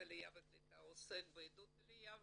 העלייה והקליטה עוסק בעידוד עליה ובקליטה,